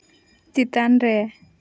ᱪᱮᱛᱟᱱ ᱨᱮ